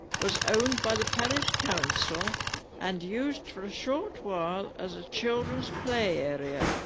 was owned by the parish council and used for a short while as a children's play area.